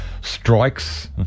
strikes